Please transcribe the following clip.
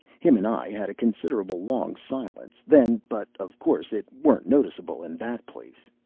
him and i had a considerable long silence, then, but of course it warn't noticeable in that place.